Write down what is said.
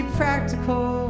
practical